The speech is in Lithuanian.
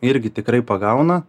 irgi tikrai pagauna